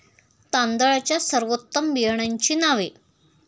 तांदळाच्या सर्वोत्तम बियाण्यांची नावे?